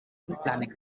planning